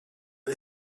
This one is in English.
and